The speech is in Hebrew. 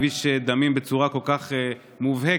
כביש דמים בצורה כל כך מובהקת,